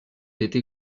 été